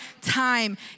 time